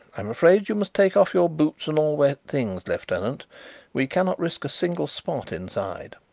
i'm afraid you must take off your boots and all wet things, lieutenant. we cannot risk a single spot inside.